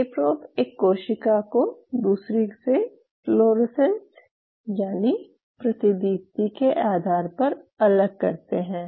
ये प्रोब एक कोशिका को दूसरी से फ्लोरेसेंस या प्रतिदीप्ति के आधार पर अलग करते हैं